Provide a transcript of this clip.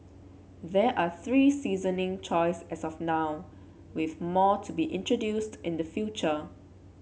there are three seasoning choice as of now with more to be introduced in the future